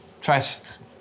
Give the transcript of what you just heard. trust